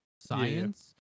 science